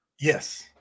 Yes